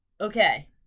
okay